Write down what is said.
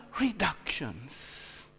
reductions